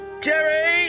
Jerry